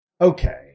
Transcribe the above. Okay